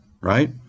right